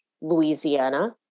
Louisiana